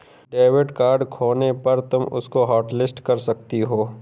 debit card खोने पर तुम उसको हॉटलिस्ट कर सकती हो